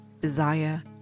desire